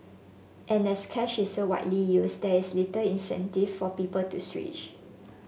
and as cash is so widely used there's little incentive for people to switch